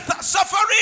suffering